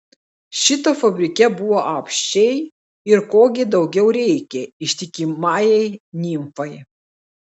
šito fabrike buvo apsčiai ir ko gi daugiau reikia ištikimajai nimfai